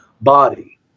body